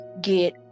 get